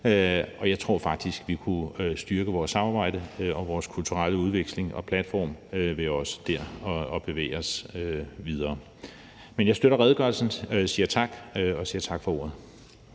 og jeg tror faktisk, vi kunne styrke vores samarbejde og vores kulturelle udveksling og platform ved også der at bevæge os videre. Men jeg støtter redegørelsen, og jeg siger tak for ordet.